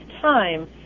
time